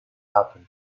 happen